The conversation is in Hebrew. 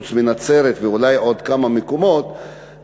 חוץ מבנצרת ואולי בעוד כמה מקומות,